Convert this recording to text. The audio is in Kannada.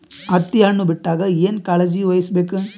ಹತ್ತಿ ಹಣ್ಣು ಬಿಟ್ಟಾಗ ಏನ ಕಾಳಜಿ ವಹಿಸ ಬೇಕು?